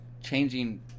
changing